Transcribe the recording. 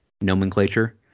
nomenclature